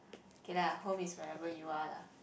okay lah home is wherever you are lah